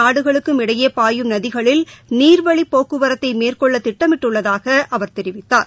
நாடுகளுக்கும் இடையே பாயும் நதிகளில் நீர்வழிப் போக்குவரத்தை மேற்கொள்ள இரு திட்டமிட்டுள்ளதாக அவர் தெரிவித்தார்